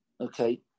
Okay